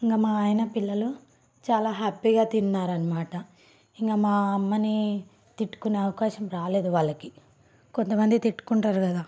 ఇంక మా ఆయన పిల్లలు చాలా హ్యాపీగా తిన్నారన్నమాట ఇంక మా అమ్మని తిట్టుకునే అవకాశం రాలేదు వాళ్ళకి కొంతమంది తిట్టుకుంటారు కదా